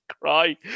cry